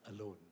alone